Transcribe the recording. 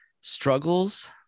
struggles